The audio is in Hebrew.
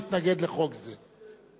הצעת חוק יום העצמאות (תיקון,